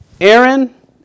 Aaron